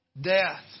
death